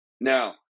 now